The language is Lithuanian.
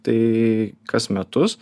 tai kas metus